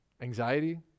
anxiety